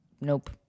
Nope